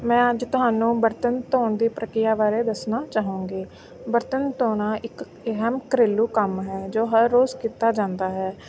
ਮੈਂ ਅੱਜ ਤੁਹਾਨੂੰ ਬਰਤਨ ਧੋਣ ਦੀ ਪ੍ਰਕਿਰਿਆ ਬਾਰੇ ਦੱਸਣਾ ਚਾਹੁੰਗੀ ਬਰਤਨ ਧੋਣਾ ਇੱਕ ਅਹਿਮ ਘਰੇਲੂ ਕੰਮ ਹੈ ਜੋ ਹਰ ਰੋਜ਼ ਕੀਤਾ ਜਾਂਦਾ ਹੈ